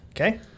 Okay